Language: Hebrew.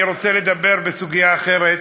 אני רוצה לדבר בסוגיה אחרת.